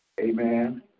Amen